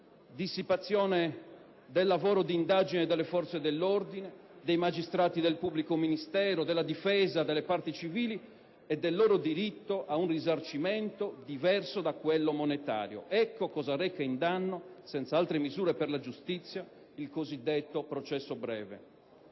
dissipazione del lavoro di indagine delle forze dell'ordine, dei magistrati, del pubblico ministero, della difesa, delle parti civili e del loro diritto ad un risarcimento diverso da quello monetario. Ecco cosa reca in danno, senza altre misure per la giustizia, il cosiddetto processo breve.